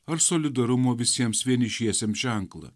ar solidarumo visiems vienišiesiems ženklą